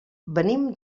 venim